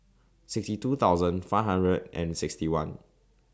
sixty two thousand five hundred and sixty one